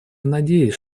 надеюсь